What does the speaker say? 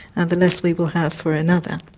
and the less we will have for another.